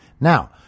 Now